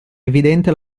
evidente